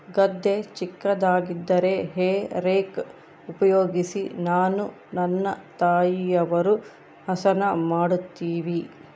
ಗದ್ದೆ ಚಿಕ್ಕದಾಗಿದ್ದರೆ hay rake ಉಪಯೋಗಿಸಿ ನಾನು ನನ್ನ ತಾಯಿಯವರು ಹಸನ ಮಾಡುತ್ತಿವಿ